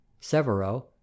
Severo